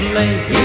late